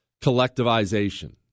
collectivization